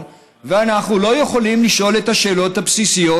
ואנחנו לא יכולים לשאול את השאלות הבסיסיות: